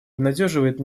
обнадеживает